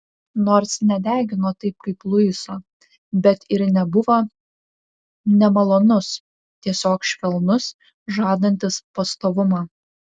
nors nedegino taip kaip luiso bet ir nebuvo nemalonus tiesiog švelnus žadantis pastovumą